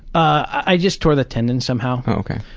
i just tore the tendon somehow. oh, ok.